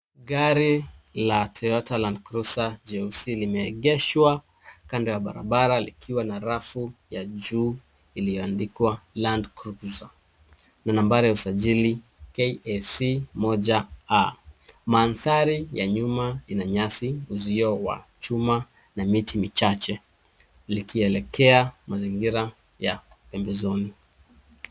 Gari la Toyota Landcruiser jeusi limeegeshwa kando ya barabara likiwa na rafu ya juu iliyoandikwa Landcruiser na nambari ya usajili KSA 1A. Mandhari ya nyuma ina nyasi, uzio wa chuma na miti michache likielekea mazingira ya pembezoni.